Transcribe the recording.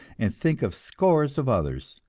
and think of scores of others.